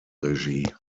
regie